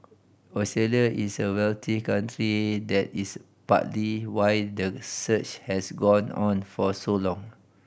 Australia is a wealthy country that is partly why the search has gone on for so long